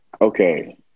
Okay